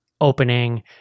opening